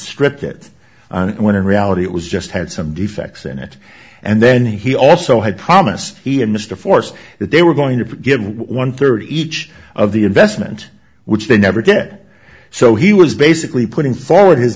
stripped it when in reality it was just had some defects in it and then he also had promised he and mr force that they were going to give one thirty each of the investment which they never did so he was basically putting forward his